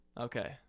Okay